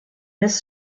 this